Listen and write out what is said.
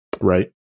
right